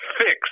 fix